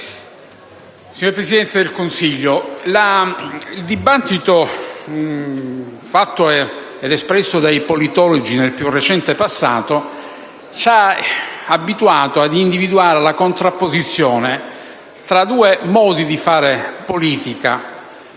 signor Presidente del Consiglio, il dibattito svolto dai politologi nel più recente passato ci ha abituati ad individuare la contrapposizione tra due modi di fare politica: